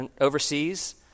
overseas